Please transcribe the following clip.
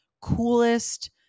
coolest